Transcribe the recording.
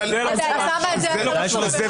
זה לא קשור.